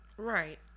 Right